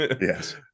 yes